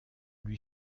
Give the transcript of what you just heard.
lui